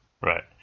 Right